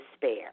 despair